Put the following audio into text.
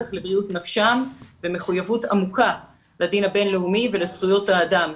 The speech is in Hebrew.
ובטח לבריאות נפשם ומחויבות עמוקה לדין הבין-לאומי ולזכויות האדם.